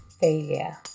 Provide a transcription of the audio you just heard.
failure